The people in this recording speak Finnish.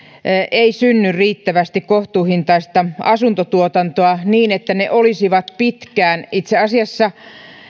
ei synny riittävästi kohtuuhintaista asuntotuotantoa niin että ne olisivat pitkään itse asiassa